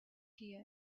here